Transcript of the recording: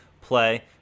play